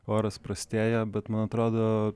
oras prastėja bet man atrodo